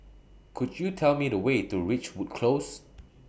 Could YOU Tell Me The Way to Ridgewood Close